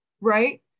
right